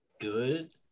good